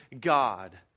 God